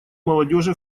молодежи